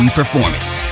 performance